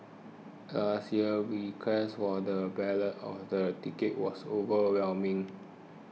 last year request for the ballots of the tickets was overwhelming